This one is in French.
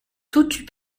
toutut